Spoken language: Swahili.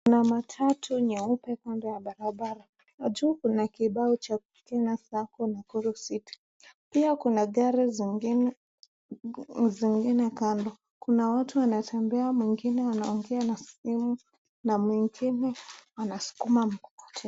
Kuna matatu nyeupe kando ya barabara na juu kuna kibao cha Kokena Sacco Nakuru City. Pia kuna gari zingine kando. Kuna watu wanatembea wengine wanaongea na simu na mwingine wanaskuma mkokoteni.